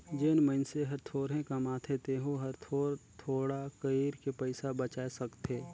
जेन मइनसे हर थोरहें कमाथे तेहू हर थोर थोडा कइर के पइसा बचाय सकथे